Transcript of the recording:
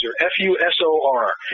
F-U-S-O-R